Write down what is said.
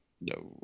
No